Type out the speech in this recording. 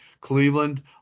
Cleveland